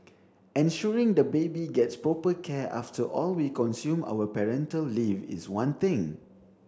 ensuring the baby gets proper care after all we consume our parental leave is one thing